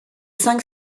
cinq